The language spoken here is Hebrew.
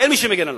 אין מי שמגן עליו.